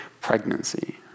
pregnancy